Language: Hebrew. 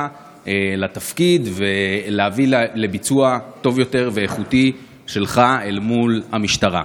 לתפקיד ולהביא לביצוע טוב יותר ואיכותי שלך אל מול המשטרה.